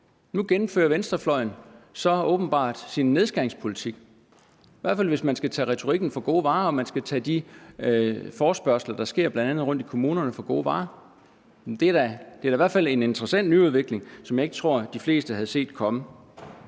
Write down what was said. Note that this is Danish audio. Nu gennemfører venstrefløjen så åbenbart sin nedskæringspolitik, i hvert fald hvis man skal tage retorikken for gode varer, og hvis man skal tage de forespørgsler, der sker bl.a. rundt i kommunerne, for gode varer. Det er da i hvert fald en interessant nyudvikling, som jeg ikke tror de fleste havde set komme.